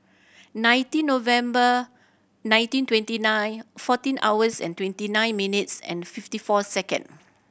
nineteen November nineteen twenty nine fourteen hours and twenty nine minutes and fifty four second